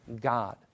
God